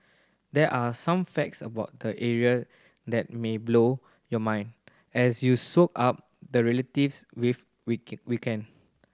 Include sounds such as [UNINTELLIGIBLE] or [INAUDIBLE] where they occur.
there are some facts about the area that may blow your mind as you soak up the relatives with [UNINTELLIGIBLE] weekend